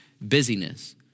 busyness